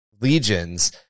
legions